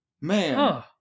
Man